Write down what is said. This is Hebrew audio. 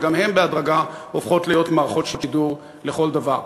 שבהדרגה גם הופכות להיות מערכות שידור לכל דבר.